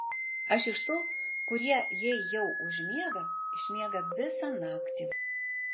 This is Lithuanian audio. aš iš tų kurie jei jau užmiega išmiega visą naktį